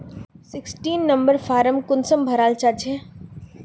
Sixteen number form कुंसम भराल जाछे?